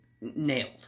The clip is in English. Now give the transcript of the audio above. Nailed